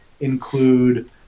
include